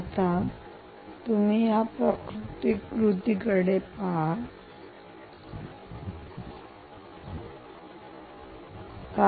आता तुम्ही या प्रतिकृती कडे आला आहात